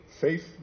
Faith